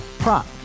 Prop